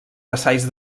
vassalls